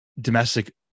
domestic